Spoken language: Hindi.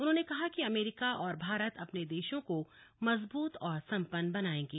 उन्होंने कहा कि अमेरिका और भारत अपने देशों को मजबूत और सम्पन्न बनाएंगे